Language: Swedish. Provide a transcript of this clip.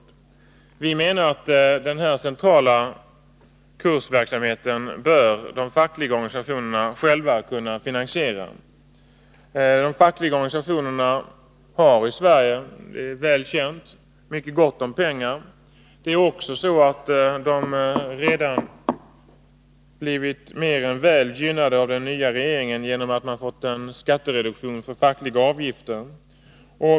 Vi menar att den här centrala kursverksamheten bör de fackliga organisationerna själva kunna finansiera. De fackliga organisationerna har i Sverige -— det är väl känt — mycket gott om pengar. Det är också så att de redan blivit mer än väl gynnade av den nya regeringen genom att man fått en skattereduktion för fackliga avgifter.